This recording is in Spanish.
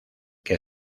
que